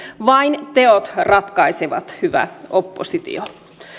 vain teot ratkaisevat hyvä oppositio